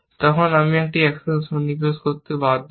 তখন আমি একটি অ্যাকশন সন্নিবেশ করতে বাধ্য হই